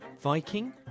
Viking